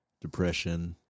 depression